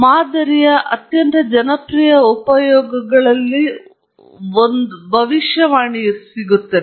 ಮಾದರಿಯ ಅತ್ಯಂತ ಜನಪ್ರಿಯ ಉಪಯೋಗಗಳಲ್ಲಿ ಒಂದು ಭವಿಷ್ಯದಲ್ಲಿದೆ